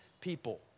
people